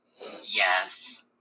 Yes